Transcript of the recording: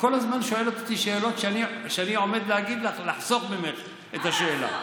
כל הזמן שואלת אותי שאלות שאני עומד להגיד לך ולחסוך ממך את השאלה,